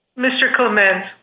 mr. coleman,